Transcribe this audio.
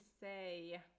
say